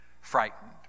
frightened